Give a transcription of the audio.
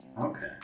Okay